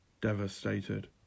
devastated